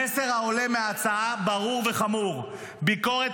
המסר העולה מההצעה ברור וחמור: ביקורת